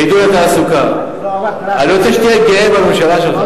עידוד התעסוקה, אני רוצה שתהיה גאה בממשלה שלך.